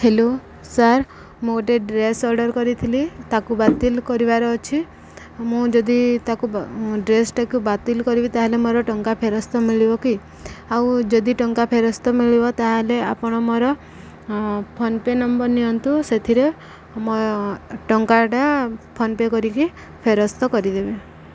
hello sir ମୁଁ ଗୋଟେ dress order କରିଥିଲି ତାକୁ ବାତିଲ କରିବାର ଅଛି ମୁଁ ଯଦି ତାକୁ ଡ୍ରେସ୍ଟାକୁ ବାତିଲ କରିବି ତା'ହେଲେ ମୋର ଟଙ୍କା ଫେରସ୍ତ ମିଳିବ କି ଆଉ ଯଦି ଟଙ୍କା ଫେରସ୍ତ ମିଳିବ ତା'ହେଲେ ଆପଣ ମୋର ଫୋନ ପେ ନମ୍ବର ନିଅନ୍ତୁ ସେଥିରେ ଟଙ୍କାଟା ଫୋନ ପେ କରିକି ଫେରସ୍ତ କରିଦେବେ